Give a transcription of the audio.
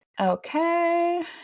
Okay